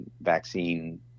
vaccine